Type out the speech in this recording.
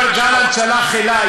כי השר גלנט שלח אלי,